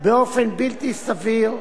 באופן בלתי סביר,